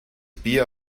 bier